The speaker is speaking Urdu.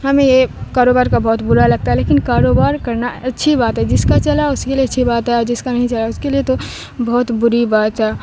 ہمیں یہ کاروبار کا بہت برا لگتا ہے لیکن کاروبار کرنا اچھی بات ہے جس کا چلا اس کے لیے اچھی بات ہے اور جس کا نہیں چلا اس کے لیے تو بہت بری بات ہے